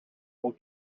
will